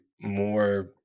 more